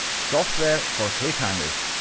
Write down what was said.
software for cliffhangers,